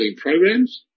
programs